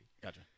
Gotcha